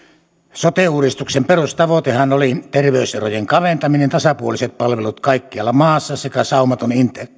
sote uudistuksen perustavoitehan oli terveyserojen kaventaminen tasapuoliset palvelut kaikkialla maassa sekä saumaton